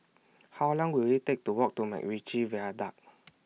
How Long Will IT Take to Walk to Macritchie Viaduct